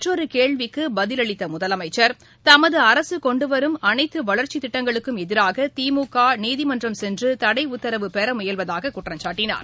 மற்றொரு கேள்விக்கு பதிலளித்த முதலமைச்சா் தமது அரசு கொண்டு வரும் அனைத்து வளா்ச்சித் திட்டங்களுக்கும் எதிராக திமுக நீதிமன்றம் சென்று தடை உத்தரவு பெற முயல்வதாக குற்றம்சாட்டினார்